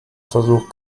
versuch